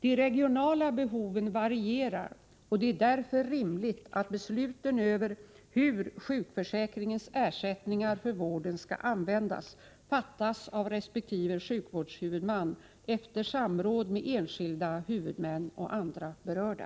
De regionala behoven varierar, och det är därför rimligt att besluten om hur sjukförsäkringens ersättningar för vården skall användas fattas av resp. sjukvårdshuvudman efter samråd med enskilda huvudmän och andra berörda.